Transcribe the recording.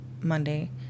Monday